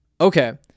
Okay